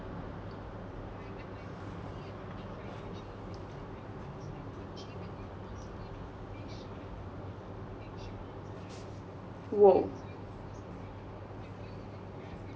!wow!